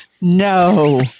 no